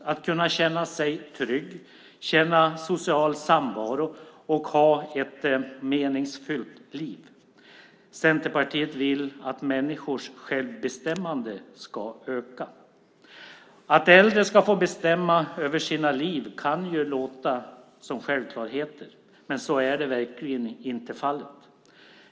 Man ska kunna känna sig trygg, känna social samvaro och ha ett meningsfyllt liv. Centerpartiet vill att människors självbestämmande ska öka. Att äldre ska få bestämma över sina liv kan låta som en självklarhet, men så är verkligen inte fallet.